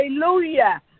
Hallelujah